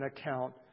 account